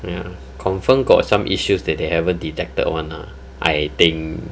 ya confirm got some issues that they haven't detected [one] lah I think